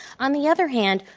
on the other hand,